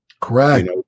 Correct